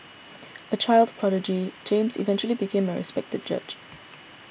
a child prodigy James eventually became a respected judge